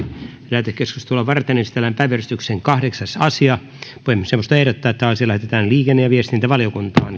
lähetekeskustelua varten esitellään päiväjärjestyksen kahdeksas asia puhemiesneuvosto ehdottaa että asia lähetetään liikenne ja viestintävaliokuntaan